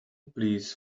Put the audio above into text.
please